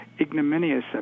ignominious